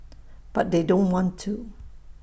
but they don't want to